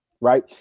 Right